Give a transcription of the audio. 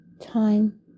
time